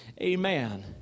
Amen